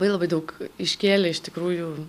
labai labai daug iškėlė iš tikrųjų